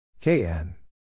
Kn